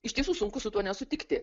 iš tiesų sunku su tuo nesutikti